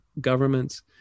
governments